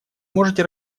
можете